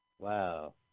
Wow